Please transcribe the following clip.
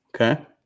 Okay